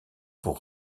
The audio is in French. pour